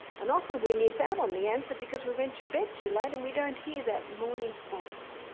and often we miss out on the answer because we went to bed too late, and we don't hear that morning voice.